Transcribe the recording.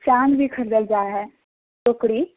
चान भी खरीदल जाइत हइ टोकरी